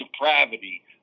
depravity